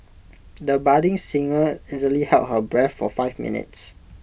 the budding singer easily held her breath for five minutes